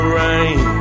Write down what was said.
rain